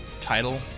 title